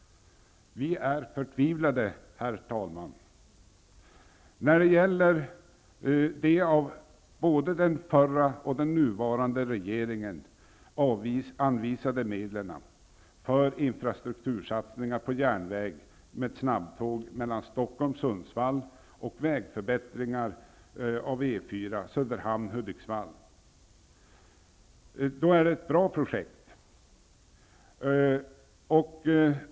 Vi är förtvivlade, herr talman. När det gäller de av både den förra och den nuvarande regeringen anvisade medlen för infrastruktursatsningar på järnväg med snabbtåg mellan Stockholm och Sundsvall och vägförförbättringar av E 4:an på sträckan Söderhamn--Hudiksvall är det fråga om bra projekt.